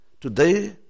Today